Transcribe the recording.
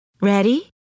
Ready